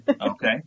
okay